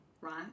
right